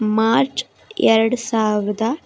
March ಎರಡು ಸಾವಿರದ